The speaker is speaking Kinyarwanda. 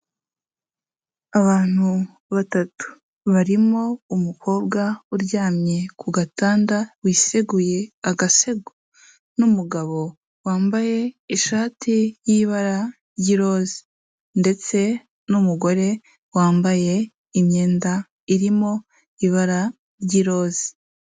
Abantu batatu barimo umukobwa uryamye ku gatanda wiseguye agasego n'umugabo wambaye ishati y'Ibara ry'iroze ndetse n'umugore wambaye imyenda irimo ibara ry'iroze.